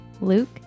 Luke